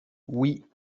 oui